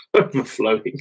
overflowing